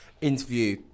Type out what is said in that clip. interview